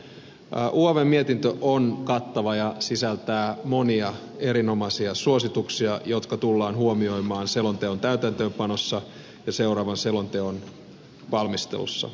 uavn mietintö on kattava ja sisältää monia erinomaisia suosituksia jotka tullaan huomioimaan selonteon täytäntöönpanossa ja seuraavan selonteon valmistelussa